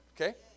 Okay